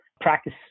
practice